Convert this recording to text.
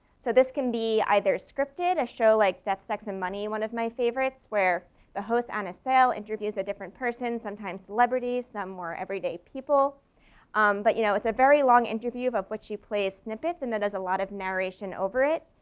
so this can be either scripted, a show like death, sex and money. one of my favorites where the host, anna sale, interviews a different person, sometimes celebrities, some more everyday people but you know it's a very long interview, but what she plays snippets and that does a lot of narration over it.